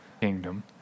kingdom